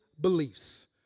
beliefs